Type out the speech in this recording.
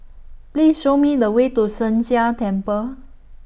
Please Show Me The Way to Sheng Jia Temple